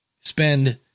spend